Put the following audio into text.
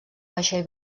vaixell